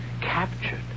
captured